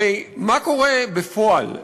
הרי מה קורה בפועל?